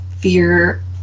fear